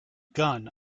gun